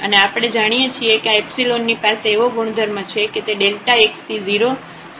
અને આપણે જાણીએ છીએ કે આ ની પાસે એવો ગુણધર્મ છે કે તે x→0 તરીકે 0 તરફ જશે